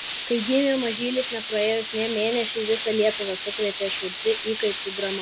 kai gimė mažylis nepraėjus nė mėnesiui visą lietuvą sukrėtė šiurpi įkaitų drama